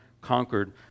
conquered